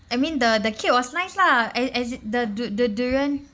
I mean the the cake was nice lah as as it the du~ the durian